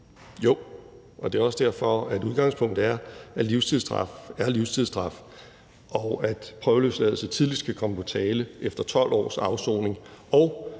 Jo, og det er også derfor, at udgangspunktet er, at livstidsstraf er livstidsstraf, og at prøveløsladelse tidligst kan komme på tale efter 12 års afsoning.